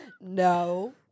No